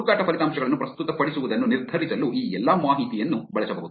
ಹುಡುಕಾಟ ಫಲಿತಾಂಶಗಳನ್ನು ಪ್ರಸ್ತುತಪಡಿಸುವುದನ್ನು ನಿರ್ಧರಿಸಲು ಈ ಎಲ್ಲಾ ಮಾಹಿತಿಯನ್ನು ಬಳಸಬಹುದು